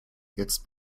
jetzt